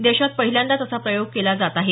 देशात पहिल्यांदाच असा प्रयोग केला जात आहे